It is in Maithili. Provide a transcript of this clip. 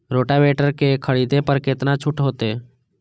रोटावेटर के खरीद पर केतना छूट होते?